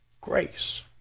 grace